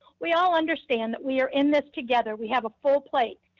we all understand that we are in this together, we have a full plate,